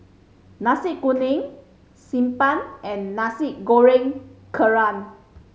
Nasi Kuning Xi Ban and Nasi Goreng Kerang